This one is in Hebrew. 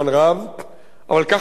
אבל כך אנחנו רואים את הדברים,